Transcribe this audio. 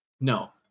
No